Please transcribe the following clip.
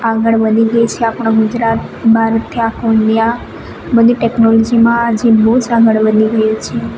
આગળ વધી ગઈ છે આપણો ગુજરાત બહારથી આખું ઈન્ડિયા બધી ટેકનોલોજીમાં જે બહુ જ આગળ વધી ગયું છે